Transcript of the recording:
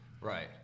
right